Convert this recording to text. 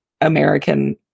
American